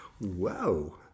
wow